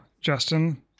Justin